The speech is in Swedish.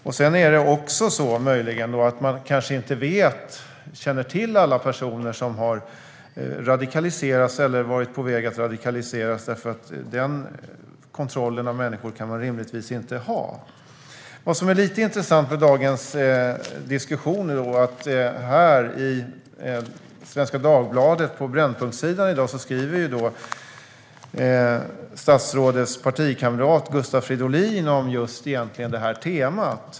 Det är möjligen också så att man kanske inte känner till alla personer som har radikaliserats eller varit på väg att radikaliseras. Den kontrollen av människor kan man rimligtvis inte ha. Vad som är lite intressant med dagens diskussion är att i Svenska Dagbladet på Brännpunkt skriver i dag statsrådets partikamrat Gustav Fridolin om just det här temat.